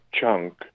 Chunk